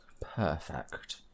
Perfect